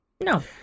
No